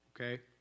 Okay